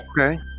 Okay